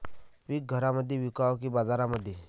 पीक घरामंदी विकावं की बाजारामंदी?